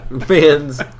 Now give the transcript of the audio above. fans